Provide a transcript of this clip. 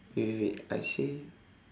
wait wait wait I say